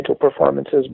performances